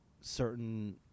certain